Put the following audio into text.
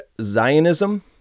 Zionism